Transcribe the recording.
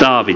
daavid